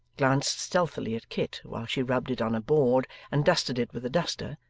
glanced stealthily at kit while she rubbed it on a board and dusted it with a duster,